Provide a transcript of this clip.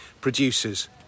Producers